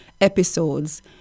episodes